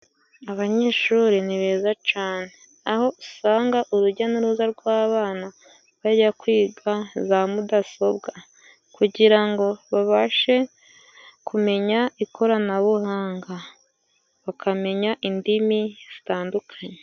Abanyeshuri ni beza cane. Aho usanga urujya n'uruza rw'abana bajya kwiga za mudasobwa. Kugira ngo babashe kumenya ikoranabuhanga. Bakamenya indimi zitandukanye.